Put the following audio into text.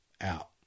out